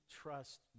trust